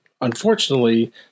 unfortunately